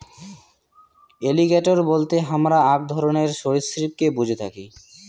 alligator বলতে হামরা আক ধরণের সরীসৃপকে বুঝে থাকি